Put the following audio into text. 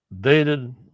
dated